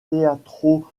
teatro